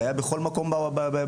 זה היה בכל מקום בארץ.